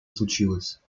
случилось